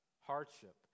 hardship